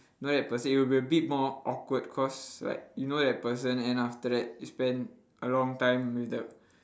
know that person you will be a bit more awkward cause like you know that person then after that you spend a long time with the